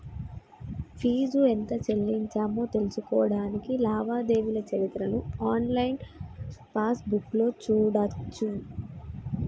fee ఎంత చెల్లించామో తెలుసుకోడానికి లావాదేవీల చరిత్రను ఆన్లైన్ పాస్బుక్లో చూడచ్చు